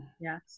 Yes